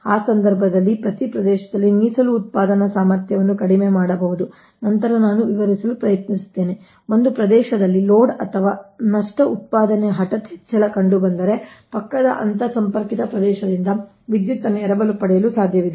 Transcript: ಆ ಸಂದರ್ಭದಲ್ಲಿ ಪ್ರತಿ ಪ್ರದೇಶದಲ್ಲಿ ಮೀಸಲು ಉತ್ಪಾದನಾ ಸಾಮರ್ಥ್ಯವನ್ನು ಕಡಿಮೆ ಮಾಡಬಹುದು ನಂತರ ನಾನು ವಿವರಿಸಲು ಪ್ರಯತ್ನಿಸುತ್ತೇನೆ ಒಂದು ಪ್ರದೇಶದಲ್ಲಿ ಲೋಡ್ ಅಥವಾ ನಷ್ಟ ಉತ್ಪಾದನೆಯ ಹಠಾತ್ ಹೆಚ್ಚಳ ಕಂಡುಬಂದರೆ ಪಕ್ಕದ ಅಂತರ್ಸಂಪರ್ಕಿತ ಪ್ರದೇಶಗಳಿಂದ ವಿದ್ಯುತ್ ಅನ್ನು ಎರವಲು ಪಡೆಯಲು ಸಾಧ್ಯವಿದೆ